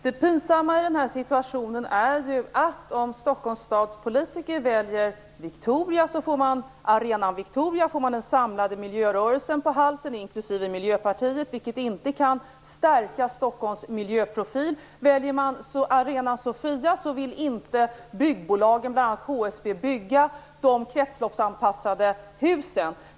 Herr talman! Det pinsamma i den här situationen är ju att om Stockholms stads politiker väljer arenan Victoria får man den samlade miljörörelsen på halsen, inklusive Miljöpartiet, vilket inte kan stärka Stockholms miljöprofil. Väljer man arenan Sofia vill inte byggbolagen, bl.a. HSB, bygga de kretsloppsanpassade husen.